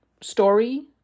story